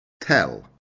tell